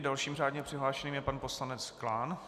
Dalším řádně přihlášeným je pan poslanec Klán.